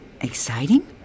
Exciting